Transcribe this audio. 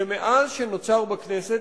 שמאז שנוצר בכנסת,